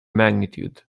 magnitude